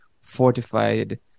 fortified